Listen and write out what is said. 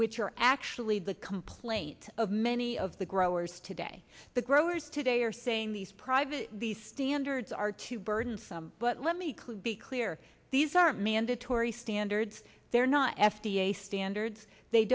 which are actually the complaint of many of the growers today the growers today are saying these private these standards are too burdensome but let me clue be clear these are mandatory standards they're not f d a standards they